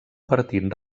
partit